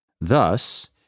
Thus